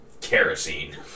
kerosene